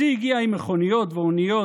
השיא הגיע עם מכוניות ואוניות,